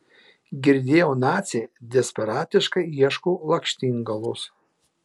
girdėjau naciai desperatiškai ieško lakštingalos